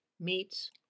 meats